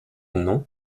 non